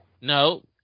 No